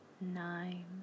Nine